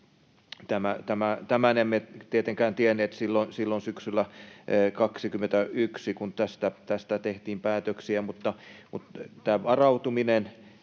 tätä emme tietenkään tienneet silloin syksyllä 21, kun tästä tehtiin päätöksiä — varautuminen